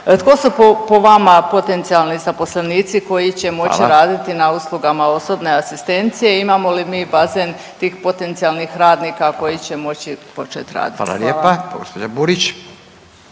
Tko su po vama potencijalni zaposlenici koji će moći raditi … .../Upadica: Hvala./... … na uslugama osobne asistencije, imamo li mi bazen tih potencijalnih radnika koji će moći početi raditi? Hvala. **Radin, Furio